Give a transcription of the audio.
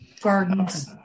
gardens